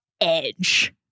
edge